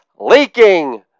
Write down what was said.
leaking